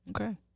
Okay